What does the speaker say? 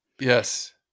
Yes